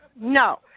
no